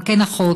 גם כן אחות,